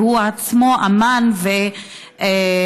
והוא עצמו אומן ועיתונאי.